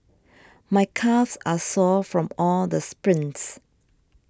my calves are sore from all the sprints